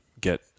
get